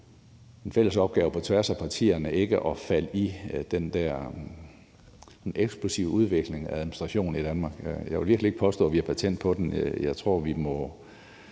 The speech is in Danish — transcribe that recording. en fælles opgave på tværs af partierne i ikke at falde i den her eksplosive udvikling af administration i Danmark. Jeg vil virkelig ikke påstå, at vi har patent på den. Jeg tror, at vi må